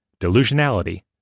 delusionality